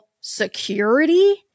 security